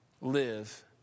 live